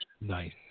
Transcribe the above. Nice